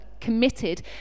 committed